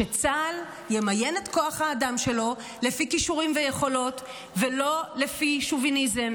שצה"ל ימיין את כוח האדם שלו לפי כישורים ויכולות ולא לפי שוביניזם,